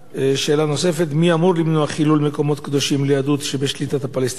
2. מי אמור למנוע חילול מקומות קדושים ליהדות שבשליטת פלסטינים?